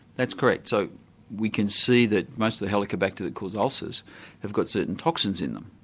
that's correct. so we can see that most of the helicobacter that cause ulcers have got certain toxins in them.